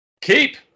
Keep